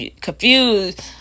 confused